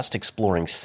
exploring